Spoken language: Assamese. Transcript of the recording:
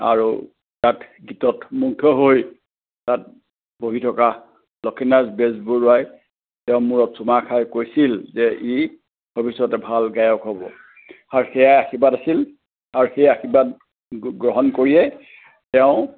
আৰু তাত গীতত মুগ্ধ হৈ তাত বহি থকা লক্ষ্মীনাথ বেজবৰুৱাই তেওঁৰ মূৰত চুমা খাই কৈছিল যে ই ভৱিষ্যতে ভাল গায়ক হ'ব আৰু সেয়াই আশীৰ্বাদ আছিল আৰু সেই আশীৰ্বাদ গ গ্ৰহণ কৰিয়ে তেওঁ